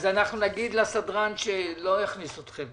אז אנחנו נגיד לסדרן שלא יכניס אתכם.